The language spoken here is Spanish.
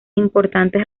importantes